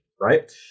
right